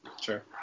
Sure